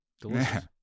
Delicious